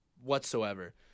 whatsoever